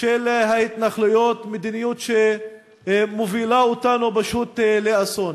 של ההתנחלויות, מדיניות שמובילה אותנו פשוט לאסון.